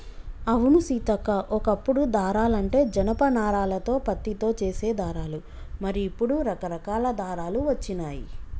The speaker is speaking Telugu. అవును సీతక్క ఓ కప్పుడు దారాలంటే జనప నారాలతో పత్తితో చేసే దారాలు మరి ఇప్పుడు రకరకాల దారాలు వచ్చినాయి